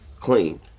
Clean